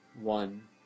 One